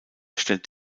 stellt